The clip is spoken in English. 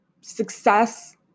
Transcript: success